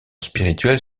spirituelle